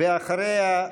ואחריה,